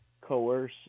coerce